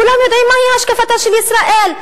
כולם יודעים מהי השקפתה של ישראל.